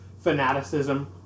fanaticism